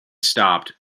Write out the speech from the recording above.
stopped